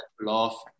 laugh